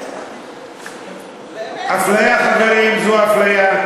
חבר הכנסת עיסאווי פריג',